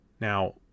Now